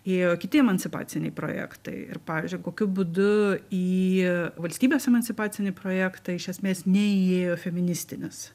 ėjo kiti emancipaciniai projektai ir pavyzdžiui kokiu būdu į valstybės emancipacinį projektą iš esmės neįėjo feministinis